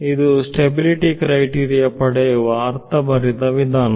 ಇದು stability criteria ಪಡೆಯುವ ಅರ್ಥ ಭರಿತ ವಿಧಾನ